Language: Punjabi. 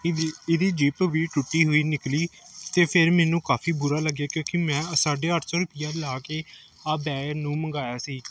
ਇਹ ਇਹ ਦੀ ਜ਼ਿੱਪ ਵੀ ਟੁੱਟੀ ਹੋਈ ਨਿਕਲੀ ਅਤੇ ਫਿਰ ਮੈਨੂੰ ਕਾਫੀ ਬੁਰਾ ਲੱਗਿਆ ਕਿਉਂਕਿ ਮੈਂ ਸਾਢੇ ਅੱਠ ਸੌ ਰੁਪਈਆ ਲਾ ਕੇ ਆਹ ਬੈਗ ਨੂੰ ਮੰਗਵਾਇਆ ਸੀ